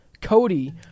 Cody